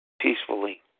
peacefully